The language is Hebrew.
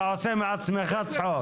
אתה עושה מעצמך צחוק.